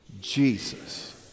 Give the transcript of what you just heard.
Jesus